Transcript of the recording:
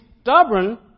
stubborn